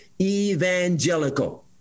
evangelical